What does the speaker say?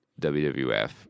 WWF